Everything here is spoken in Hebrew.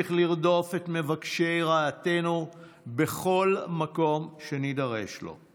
נמשיך לרדוף את מבקשי רעתנו בכל מקום שנידרש לו.